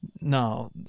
no